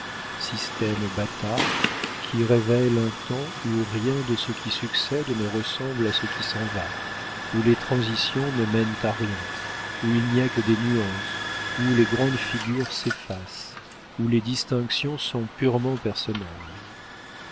bâtard qui révèle un temps où rien de ce qui succède ne ressemble à ce qui s'en va où les transitions ne mènent à rien où il n'y a que des nuances où les grandes figures s'effacent où les distinctions sont purement personnelles